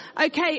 Okay